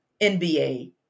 NBA